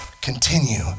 Continue